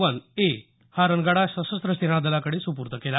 one A हा रणगाडा सशस्त्र सेना दलाकडे सुर्पूद केला